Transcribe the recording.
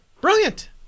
Brilliant